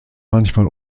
manchmal